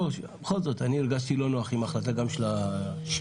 אני הרגשתי לא נוח עם ההחלטה של השלישית.